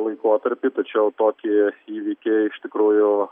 laikotarpį tačiau tokie įvykiai iš tikrųjų